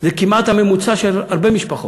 זה כמעט הממוצע של הרבה משפחות.